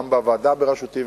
גם הוועדה בראשותי,